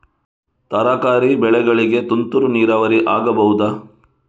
ತರಕಾರಿ ಬೆಳೆಗಳಿಗೆ ತುಂತುರು ನೀರಾವರಿ ಆಗಬಹುದಾ?